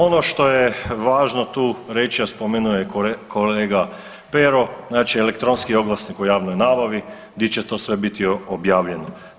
Ono što je važno tu reći, a spomenuo je kolega Pero znači elektronski oglasnik o javnoj nabavi gdje će to sve biti objavljeno.